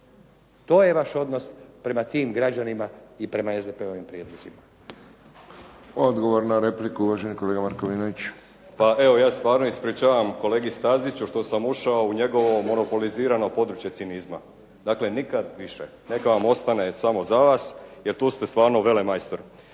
To je vaš odnos prema tim građanima i prema SDP-ovim prijedlozima.